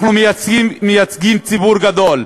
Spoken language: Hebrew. אנחנו מייצגים ציבור גדול,